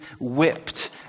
whipped